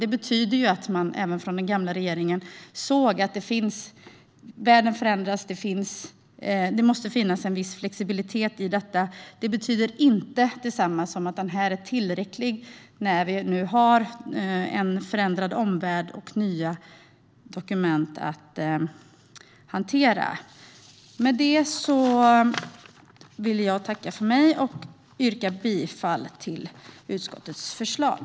Det betyder att även den gamla regeringen såg att världen förändras och att det måste finnas en viss flexibilitet i detta. Det betyder inte detsamma som att dessa strategier är tillräckliga när vi nu har en förändrad omvärld och nya dokument att hantera. Med detta vill jag tacka för mig och yrka bifall till utskottets förslag.